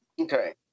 Okay